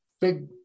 big